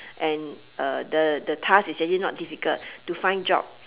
and uh the the task is actually not difficult to find job